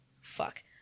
Fuck